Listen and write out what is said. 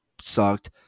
sucked